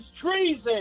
treason